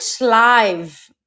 live